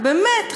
באמת,